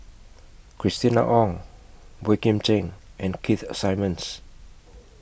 Christina Ong Boey Kim Cheng and Keith Simmons